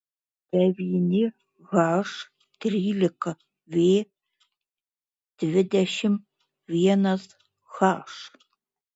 devyni h trylika v dvidešimt vienas h